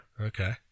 Okay